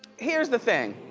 here's the thing.